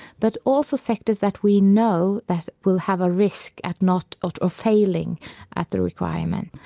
but also sectors that we know that will have a risk at not ah or failing at the requirement.